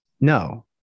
No